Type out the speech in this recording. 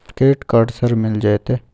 Credit card sir मिल जेतै?